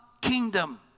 kingdom